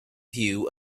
view